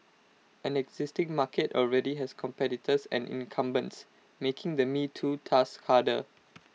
an existing market already has competitors and incumbents making the me too task harder